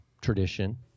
tradition